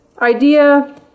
idea